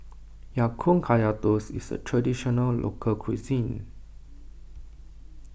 Ya Kun Kaya Toast is a Traditional Local Cuisine